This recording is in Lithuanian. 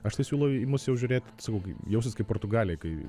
aš tai siūlau į mus jau žiūrėt sakau jaustis kaip portugalijoj kai